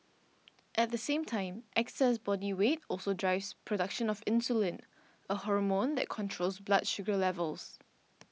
at the same time excess body weight also drives production of insulin a hormone that controls blood sugar levels